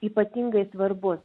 ypatingai svarbus